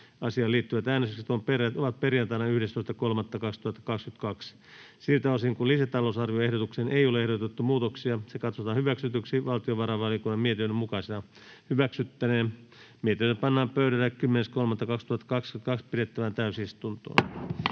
Asiaan liittyvät äänestykset ovat perjantaina 11.3.2022. Siltä osin kuin lisätalousarvioehdotukseen ei ole ehdotettu muutoksia, se katsotaan hyväksytyksi valtiovarainvaliokunnan mietinnön mukaisena. === STRUCTURED CONTENT ===